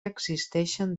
existeixen